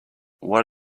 what